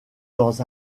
dans